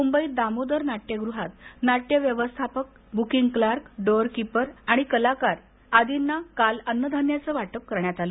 मुंबईत दामोदर नाट्यगृहात नाट्यव्यवस्थापक बुकिंग क्लार्क डोअर किपर कलाकार आदींना अन्नधान्यांच वाटप करण्यात आलं